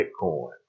Bitcoin